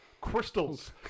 Crystals